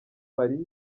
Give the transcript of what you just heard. marie